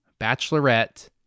bachelorette